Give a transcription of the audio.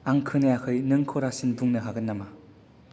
आं खोनायाखै नों खरासिन बुंनो हागोन नामा